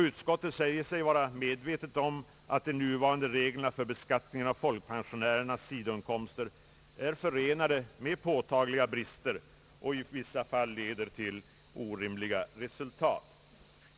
Utskottet säger sig vara medvetet om att de nuvarande reglerna för beskattning av folkpensionärernas sidoinkomster är förenade med påtagliga brister och i vissa fall leder till orimliga resultat.